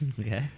Okay